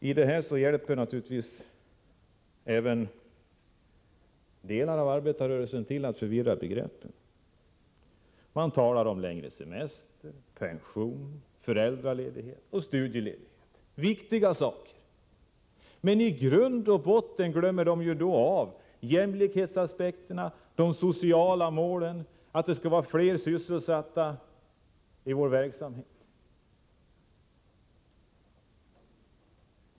Även delar av arbetarrörelsen hjälper naturligtvis till att förvilla begreppen. Man talar om längre semester, pension, föräldraledighet och studieledighet. Det är viktiga saker. Men i grund och botten glömmer man ju då jämlikhetsaspekterna, de sociala målen, att det skall vara fler sysselsatta i vår verksamhet.